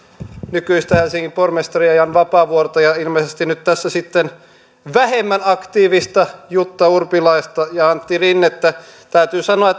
nykyistä helsingin pormestaria jan vapaavuorta ja ilmeisesti nyt tässä sitten vähemmän aktiivisia jutta urpilaista ja antti rinnettä täytyy sanoa